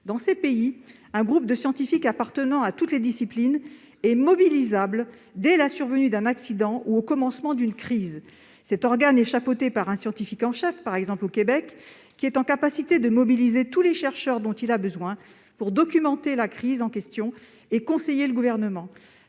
Dans ces pays, un groupe de scientifiques appartenant à toutes les disciplines est mobilisable dès la survenue d'un accident ou au commencement d'une crise. Cet organe est chapeauté par un scientifique en chef- je pense à cet égard au scientifique en chef du Québec, que nous avons auditionné à l'Opecst -capable de mobiliser tous les chercheurs dont il a besoin pour documenter la crise en question et conseiller le Gouvernement.